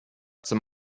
zum